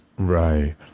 Right